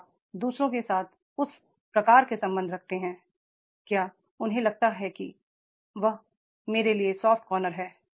क्या आप दू सरों के साथ उस प्रकार के संबंध रख रहे हैं क्या उन्हें लगता है कि हां वह मेरे लिए सॉफ्ट कार्नर है